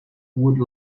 would